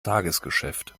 tagesgeschäft